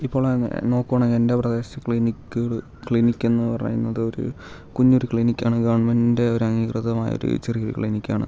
ഇപ്പോൾ നോക്കുവാണെങ്കിൽ എൻ്റെ പ്രദേശത്തെ ക്ലിനിക്കുകൾ ക്ലിനിക്കെന്ന് പറയുന്നത് ഒരു കുഞ്ഞൊരു ക്ലിനിക്കാണ് ഗവൺമെൻറ്റിൻ്റെ ഒരു അംഗീകൃതമായ ഒരു ചെറിയൊരു ക്ലിനിക്കാണ്